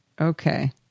Okay